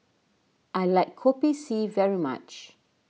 I like Kopi C very much